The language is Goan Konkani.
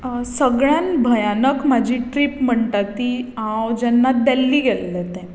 सगळ्यांत भयानक म्हजी ट्रीप म्हणटात ती हांव जेन्ना देल्ली गेल्लें तें